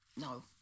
No